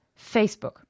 Facebook